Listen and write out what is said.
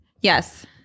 Yes